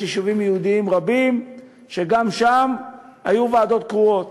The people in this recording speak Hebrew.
יש יישובים יהודיים רבים שגם בהם היו ועדות קרואות.